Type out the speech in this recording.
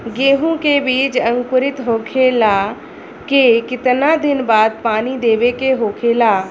गेहूँ के बिज अंकुरित होखेला के कितना दिन बाद पानी देवे के होखेला?